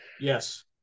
Yes